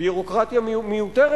ביורוקרטיה מיותרת.